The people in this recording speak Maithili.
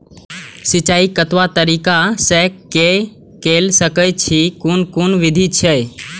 सिंचाई कतवा तरीका स के कैल सकैत छी कून कून विधि अछि?